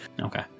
Okay